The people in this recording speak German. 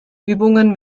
übungen